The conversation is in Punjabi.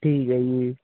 ਠੀਕ ਹੈ ਜੀ